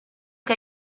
que